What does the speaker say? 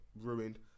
ruined